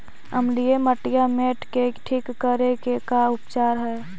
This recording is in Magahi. अमलिय मटियामेट के ठिक करे के का उपचार है?